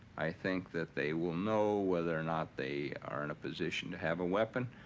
i think that they will know whether or not they are in a position to have a weapon.